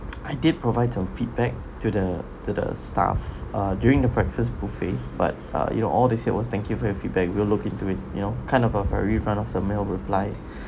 I did provide some feedback to the to the staff uh during the breakfast buffet but uh you know all they said was thank you for your feedback we'll look into it you know kind of a very run of the mill reply